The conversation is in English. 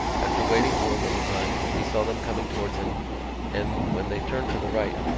after waiting for a little time he saw them coming towards him and, when they turned to the right,